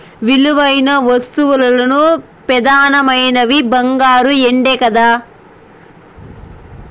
విలువైన వస్తువుల్ల పెదానమైనవి బంగారు, ఎండే కదా